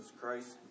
christ